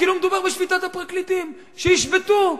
כאילו מדובר בשביתת הפרקליטים: שישבתו,